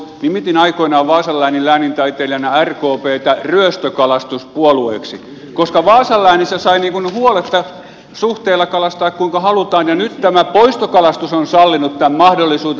nimitin aikoinaan vaasan läänin läänintaiteilijana rkptä ryöstökalastuspuolueeksi koska vaasan läänissä sai huoletta suhteilla kalastaa kuinka halutaan ja nyt tämä poistokalastus on sallinut tämän mahdollisuuden